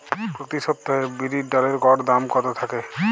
প্রতি সপ্তাহে বিরির ডালের গড় দাম কত থাকে?